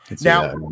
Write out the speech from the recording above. Now